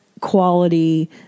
quality